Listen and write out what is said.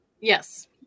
Yes